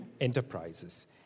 enterprises